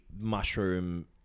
mushroom